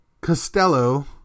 costello